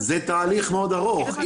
זה תהליך מאוד ארוך.